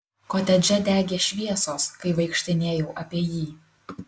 kotedže degė šviesos kai vaikštinėjau apie jį